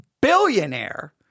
billionaire